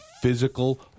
physical